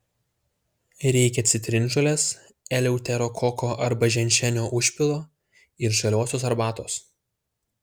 reikia citrinžolės eleuterokoko arba ženšenio užpilo ir žaliosios arbatos